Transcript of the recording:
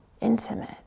intimate